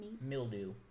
Mildew